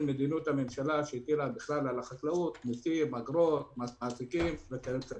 בגלל מדיניות הממשלה שהטילה על החקלאות בכלל מיסים,